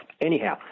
Anyhow